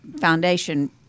Foundation